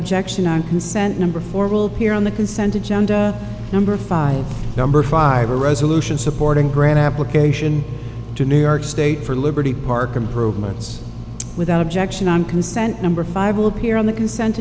objection on consent number four will appear on the consent of janda number five number five a resolution supporting grant application to new york state for liberty park improvements without objection on consent number five will appear on the consent